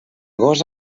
gos